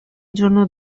giorno